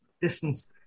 distance